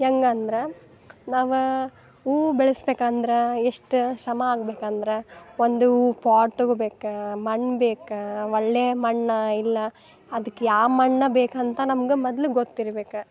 ಹೆಂಗಂದ್ರೆ ನಾವು ಊ ಬೆಳೆಸ್ಬೇಕಂದ್ರೆ ಎಷ್ಟ ಶ್ರಮ ಆಗ್ಬೇಕಂದ್ರೆ ಒಂದು ಪಾಟ್ ತಗೊಬೇಕು ಮಣ್ಣು ಬೇಕು ಒಳ್ಳೆಯ ಮಣ್ಣು ಇಲ್ಲ ಅದ್ಕ ಯಾವ ಮಣ್ಣು ಬೇಕಂತ ನಮ್ಗೆ ಮದ್ಲು ಗೊತ್ತಿರ್ಬೇಕು